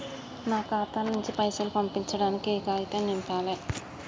నా ఖాతా నుంచి పైసలు పంపించడానికి ఏ కాగితం నింపాలే?